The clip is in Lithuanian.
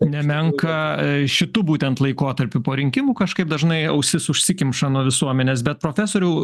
nemenką šitu būtent laikotarpiu po rinkimų kažkaip dažnai ausis užsikemša nuo visuomenės bet profesoriau